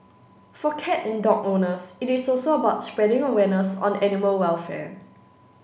for cat and dog owners it is also about spreading awareness on animal welfare